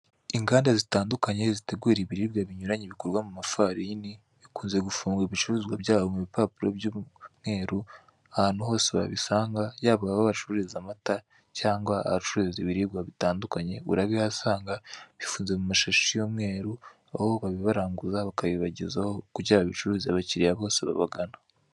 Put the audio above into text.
Inganda zitandukanye zitegura ibiribwa bitandukanye bikorwa mu ifarini, zikunze gufunga ibicuruzwa byazo mu bipapuro by'umweru. Ahantu hose wabisanga, yaba aho bacururiza amata cyangwa ibiribwa bitandukanye urabihasanga. Bifunze mu mashahi y'umweru, aho babibaranguza bakabibagezaho, kugira ngo bicuruzwe ku bakiriya bose babagana.